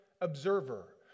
observer